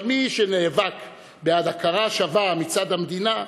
אבל מי שנאבק בעד הכרה שווה מצד המדינה,